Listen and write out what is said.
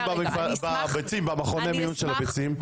איך בודקים בביצים במכוני מיון של הביצים.